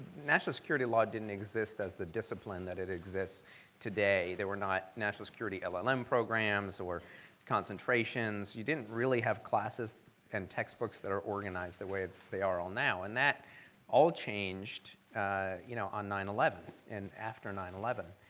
national security law didn't exist as the discipline that it exists today. there were not national security llm programs or concentrations. you didn't really have classes and textbooks that are organized the way they are all now, and that all changed you know on nine eleven and after nine eleven.